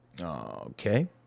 Okay